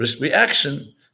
reaction